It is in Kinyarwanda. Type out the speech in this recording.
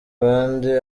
abandi